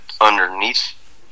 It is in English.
underneath